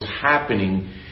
happening